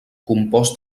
compost